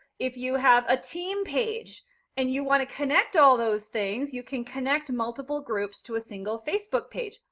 if you have a team page and you want to connect all those things you can connect multiple groups to a single facebook page.